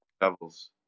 Devils